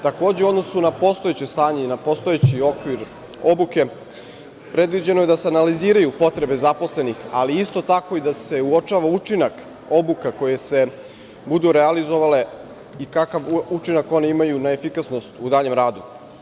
Takođe, u odnosu na postojeće stanje i na postojeći okvir obuke predviđeno je da se analiziraju potrebe zaposlenih, ali isto tako i da se uočava učinak obuka koje se budu realizovale i kakav učinak oni imaju na efikasnost u daljem radu.